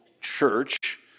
church